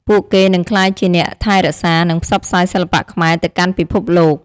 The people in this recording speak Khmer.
ពួកគេនឹងក្លាយជាអ្នកថែរក្សា និងផ្សព្វផ្សាយសិល្បៈខ្មែរទៅកាន់ពិភពលោក។